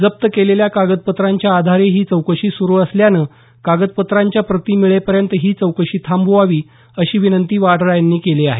जप्त केलेल्या कागदपत्रांच्या आधारे ही चौकशी सुरू असल्यानं कागदपत्रांच्या प्रती मिळेपर्यंत ही चौकशी थांबवावी अशी विनंती वाड्रा यांनी केली आहे